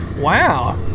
wow